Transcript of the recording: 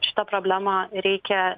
šitą problemą reikia